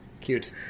Cute